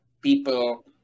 people